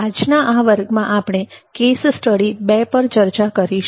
આજના આ વર્ગમાં આપણે કેસ સ્ટડી 2 પર ચર્ચા કરીશું